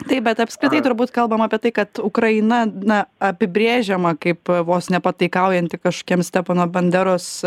taip bet apskritai turbūt kalbam apie tai kad ukraina na apibrėžiama kaip vos nepataikaujanti kažkokiem stepano banderos